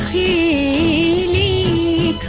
e